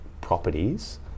properties